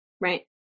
right